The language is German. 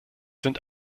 sind